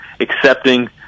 accepting